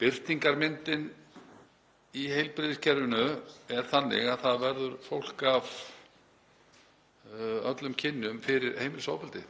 Birtingarmyndin í heilbrigðiskerfinu er þannig að það verður fólk af öllum kynjum fyrir heimilisofbeldi.